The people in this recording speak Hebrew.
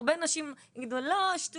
הרבה אנשים יגידו 'לא, שטויות',